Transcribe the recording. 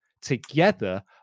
together